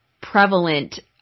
prevalent